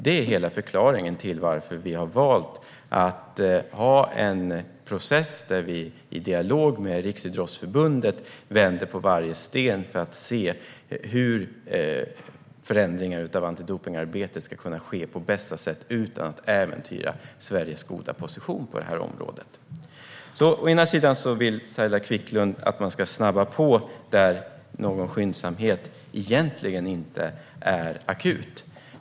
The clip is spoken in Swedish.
Det är hela förklaringen till att vi har valt en process där vi i dialog med Riksidrottsförbundet vänder på varje sten för att se hur förändringar av antidopningsarbetet ska kunna ske på bästa sätt, utan att äventyra Sveriges goda position på området. Å ena sidan vill Saila Quicklund att man ska snabba på där en skyndsamhet egentligen inte är akut.